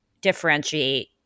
differentiate